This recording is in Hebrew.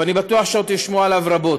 ואני בטוח שעוד תשמעו עליו רבות,